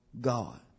God